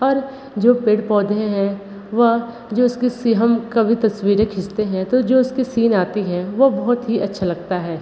और जो पेड़ पौधे हैं वह जो उसकी सी हम कभी तस्वीरें खींचते हैं तो जो उसके सीन आती हैं वो बहुत ही अच्छा लगता है